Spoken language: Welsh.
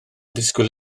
disgwyl